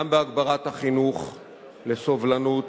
גם בהגברת החינוך לסובלנות